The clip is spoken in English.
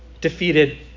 defeated